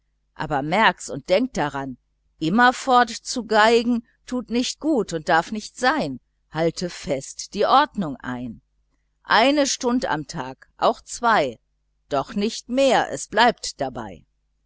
aber merk's und denk daran immerfort zu geigen tut nicht gut und darf nicht sein halte fest die ordnung ein eine stund am tag auch zwei doch nicht mehr es bleibt dabei